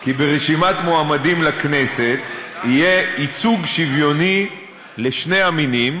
כי ברשימת מועמדים לכנסת יהיה ייצוג שוויוני לשני המינים,